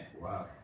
Wow